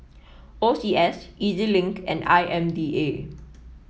O C S E Z Link and I M D A